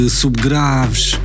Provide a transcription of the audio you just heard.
subgraves